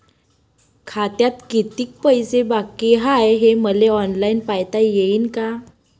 खात्यात कितीक पैसे बाकी हाय हे मले ऑनलाईन पायता येईन का?